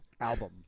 album